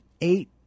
eight